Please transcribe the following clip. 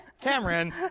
Cameron